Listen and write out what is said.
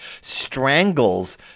Strangles